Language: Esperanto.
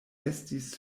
estis